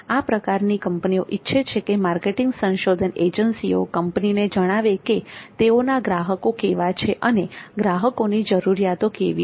આ પ્રકારની કંપનીઓ ઇચ્છે છે કે માર્કેટિંગ સંશોધન એજન્સીઓ કંપનીને જણાવે કે તેઓના ગ્રાહકો કેવા છે અને ગ્રાહકોની જરૂરિયાતો કેવી છે